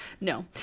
No